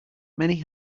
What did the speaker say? many